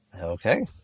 Okay